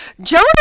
Jonah